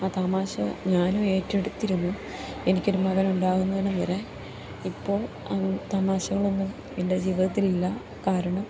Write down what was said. ആ തമാശ ഞാനും ഏറ്റെടുത്തിരുന്നു എനിക്കൊരു മകൻ ഉണ്ടാകുന്നിടം വരെ ഇപ്പോൾ തമാശകളൊന്നും എൻ്റെ ജീവിതത്തിലില്ല കാരണം